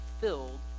filled